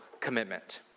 commitment